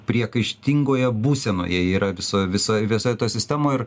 priekaištingoje būsenoje yra visoj visoj visoj toj sistemoj ir